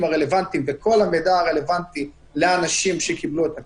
הרלוונטיים וכל המידע הרלוונטי לאנשים שקיבלו את הקנס,